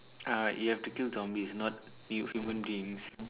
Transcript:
uh you have to kill zombies not hu~ human beings